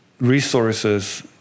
resources